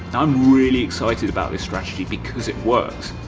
i'm really excited about this strategy because it works.